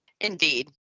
Indeed